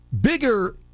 bigger